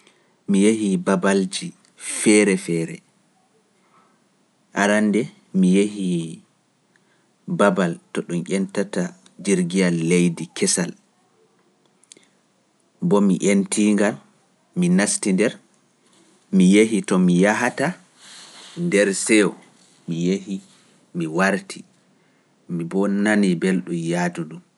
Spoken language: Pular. Mi yahii babalji feere feere, arande mi yahii babal to ɗum ƴentata jirgiyal leydi kesal, mbo mi ƴenti ngal, mi nasti nder, mi yahii to mi yahata nder seyo, mi yahii, mi warti, mi bo nani belɗum yahdu ɗum.